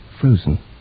frozen